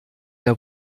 der